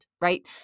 right